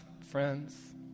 friends